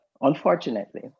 unfortunately